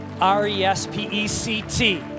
R-E-S-P-E-C-T